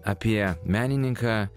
apie menininką